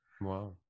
Wow